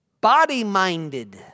body-minded